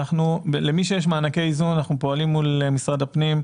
למי שיש מענקי איזון אנחנו פועלים מול משרד הפנים.